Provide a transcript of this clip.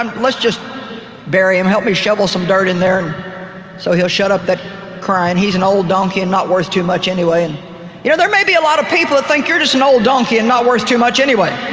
um let's just bury him, help me shovel some dirt in there, so he'll shut up that crying, he's an old donkey and not worth too much anyway, and you know, there may be a lot of people that just think you're just an old donkey and not worth too much anyway,